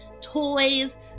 toys